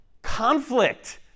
conflict